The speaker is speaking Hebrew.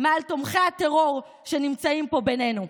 מעל תומכי הטרור שנמצאים פה בינינו.